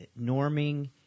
norming